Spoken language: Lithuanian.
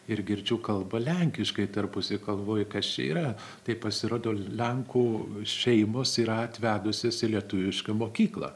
ir girdžiu kalba lenkiškai tarpusavy galvoju kas čia yra taip pasirodo lenkų šeimos yra atvedusios į lietuvišką mokyklą